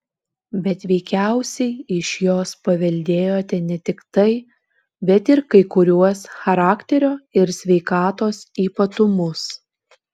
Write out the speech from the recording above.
bet veikiausiai iš jos paveldėjote ne tik tai bet ir kai kuriuos charakterio ir sveikatos ypatumus